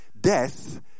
death